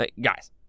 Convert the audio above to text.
Guys